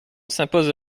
s’impose